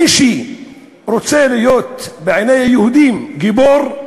מי שרוצה להיות בעיני היהודים גיבור,